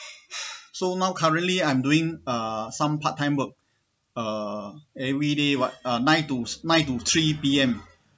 so now currently I'm doing uh some part time work uh everyday what uh nine to nine to three P_M